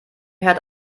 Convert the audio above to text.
herd